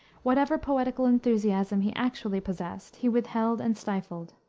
whatever poetical enthusiasm he actually possessed he withheld and stifled.